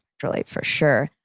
for like for sure.